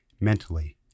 mentally